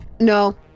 No